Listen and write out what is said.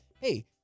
Hey